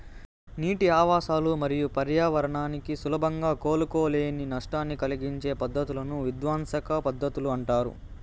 నీటి ఆవాసాలు మరియు పర్యావరణానికి సులభంగా కోలుకోలేని నష్టాన్ని కలిగించే పద్ధతులను విధ్వంసక పద్ధతులు అంటారు